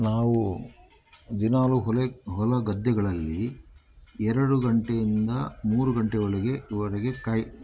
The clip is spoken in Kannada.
ನಾವು ದಿನಾಲೂ ಹೊಲ ಹೊಲ ಗದ್ದೆಗಳಲ್ಲಿ ಎರಡು ಗಂಟೆಯಿಂದ ಮೂರು ಗಂಟೆ ಒಳಗೆ ಒಳಗೆ ಕಾಯಿ